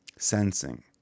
Sensing